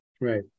Right